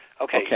Okay